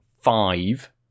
five